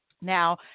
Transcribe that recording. now